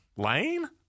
Lane